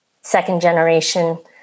second-generation